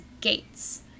gates